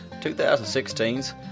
2016's